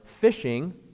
fishing